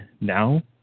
now